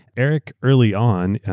eric early on,